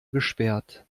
gesperrt